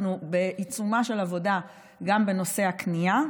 אנחנו בעיצומה של עבודה גם בנושא הקנייה,